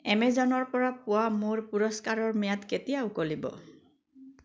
এমেজনৰপৰা পোৱা মোৰ পুৰস্কাৰৰ ম্যাদ কেতিয়া উকলিব